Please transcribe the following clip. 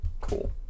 Cool